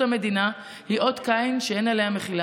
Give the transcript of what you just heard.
המדינה הוא אות קין שאין עליו מחילה.